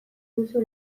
duzu